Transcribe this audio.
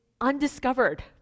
undiscovered